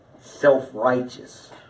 self-righteous